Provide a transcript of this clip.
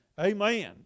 Amen